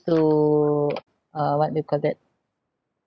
to uh what do you call that